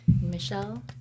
Michelle